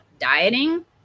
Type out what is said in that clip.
dieting